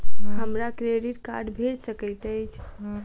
हमरा credit card भेट सकैत अछि?